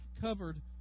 covered